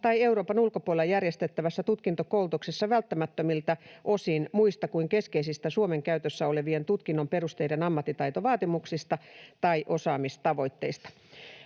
tai Euroopan ulkopuolella järjestettävässä tutkintokoulutuksessa välttämättömiltä osin muista kuin keskeisistä Suomen käytössä olevien tutkinnon perusteiden ammattitaitovaatimuksista tai osaamistavoitteista.